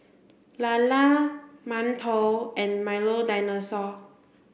Lala Mantou and Milo Dinosaur